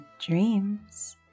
dreams